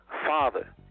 Father